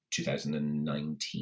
2019